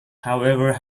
however